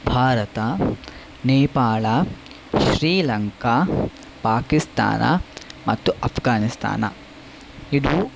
ಭಾರತ ನೇಪಾಳ ಶ್ರೀಲಂಕಾ ಪಾಕಿಸ್ತಾನ ಮತ್ತು ಅಫ್ಘಾನಿಸ್ತಾನ ಇದು